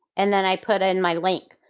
and then i put in my link.